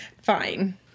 fine